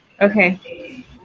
Okay